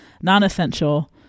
non-essential